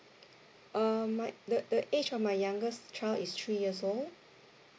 uh my the the age of my youngest child is three years old